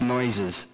Noises